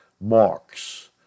Marks